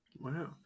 Wow